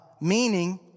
meaning